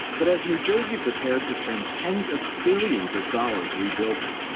but as new jersey prepares to spend tens of billions of dollars rebuilding,